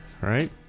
right